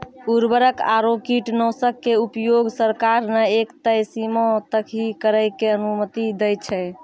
उर्वरक आरो कीटनाशक के उपयोग सरकार न एक तय सीमा तक हीं करै के अनुमति दै छै